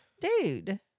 dude